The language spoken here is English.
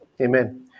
Amen